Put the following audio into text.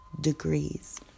degrees